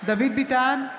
דוד ביטן,